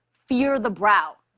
fear the brow.